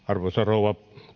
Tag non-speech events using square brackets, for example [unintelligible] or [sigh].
[unintelligible] arvoisa rouva